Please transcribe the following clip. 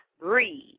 Breathe